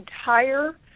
entire